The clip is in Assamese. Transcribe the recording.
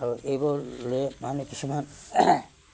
আৰু এইবোৰলৈ মানুহে কিছুমান